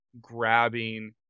grabbing